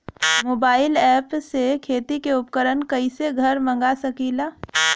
Mobile ऐपसे खेती के उपकरण कइसे घर मगा सकीला?